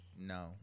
no